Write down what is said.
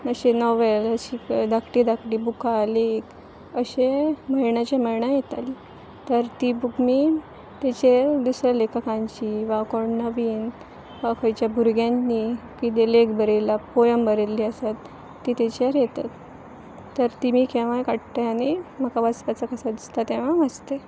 अशीं नॉवेल अशी धाकटी धाकटी बुकां लेख अशें म्हयन्याचे म्हयने येतालीं तर तीं बूक मी तेचेर दुसऱ्या लेखकांची वा कोण नवीन वा खंयच्या भुरग्यांनी कितें लेख बरयला पोयम बरयल्ली आसात ती तेचेर येतत तर ती मी केव्हांय काडटय आनी म्हाका वाचपाचो कसो दिसता तेव्हां वाचतय